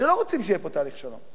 שלא רוצים שיהיה פה תהליך של שלום.